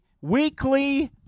weekly